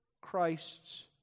Christ's